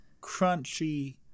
crunchy